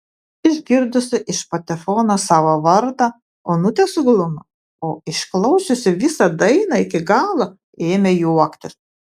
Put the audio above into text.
išgirdusi iš patefono savo vardą onutė suglumo o išklausiusi visą dainą iki galo ėmė juoktis